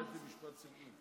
קטי, משפט סיכום.